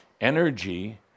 Energy